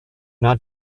not